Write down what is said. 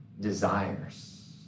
desires